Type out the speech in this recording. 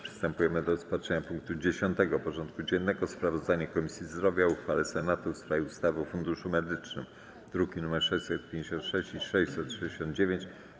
Przystępujemy do rozpatrzenia punktu 10. porządku dziennego: Sprawozdanie Komisji Zdrowia o uchwale Senatu w sprawie ustawy o Funduszu Medycznym (druki nr 656 i 669)